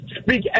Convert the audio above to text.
speak